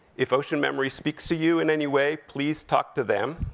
if ocean memory speaks to you in any way, please talk to them,